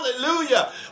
Hallelujah